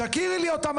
תכירי לי אותם,